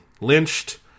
lynched